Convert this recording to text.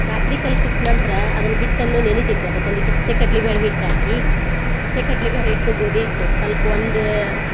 ರಾತ್ರಿ ಕಲ್ಸಿಟ್ಟು ನಂತರ ಅದನ್ನ ಹಿಟ್ಟನ್ನು ನೆನಿತೈತೆ ಅದಕ್ಕೊಂದು ಹಿಟ್ಟು ಹಸಿ ಕಡ್ಲಿಬ್ಯಾಳಿ ಹಿಟ್ಟು ಹಾಕಿ ಹಸಿ ಕಡ್ಲಿಬ್ಯಾಳಿ ಹಿಟ್ಟು ಗೋದಿ ಹಿಟ್ಟು ಸಲ್ಪ ಒಂದು